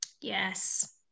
Yes